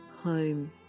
home